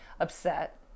upset